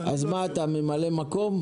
אז מה אתה, ממלא מקום?